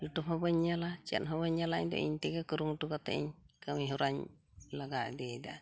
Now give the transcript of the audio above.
YouTube ᱦᱚᱸ ᱵᱟᱹᱧ ᱧᱮᱞᱟ ᱪᱮᱫ ᱦᱚᱸ ᱵᱟᱹᱧ ᱧᱮᱞᱟ ᱤᱧᱫᱚ ᱤᱧ ᱛᱮᱜᱮ ᱠᱩᱨᱩᱢᱩᱴᱩ ᱠᱟᱛᱮᱜ ᱤᱧ ᱠᱟᱹᱢᱤ ᱦᱚᱨᱟᱧ ᱞᱟᱜᱟᱣ ᱤᱫᱤᱭᱮᱫᱟ